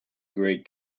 great